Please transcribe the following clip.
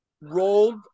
rolled